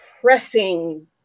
pressing